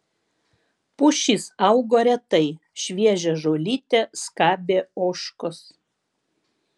pušys augo retai šviežią žolytę skabė ožkos